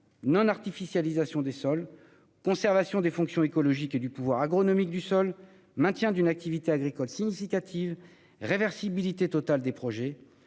non-artificialisation des sols, conservation des fonctions écologiques et du pouvoir agronomique du sol, maintien d'une activité agricole significative, réversibilité totale des projets,